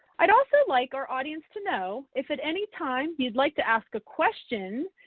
i'd also like our audience to know, if at any time you'd like to ask a question,